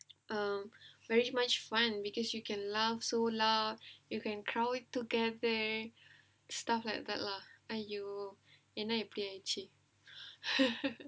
um very much fun because you can laugh so loud you can crowd it together stuff like that lah !aiyo! என்ன இப்படி ஆயிடுச்சு:enna ippadi aayiduchu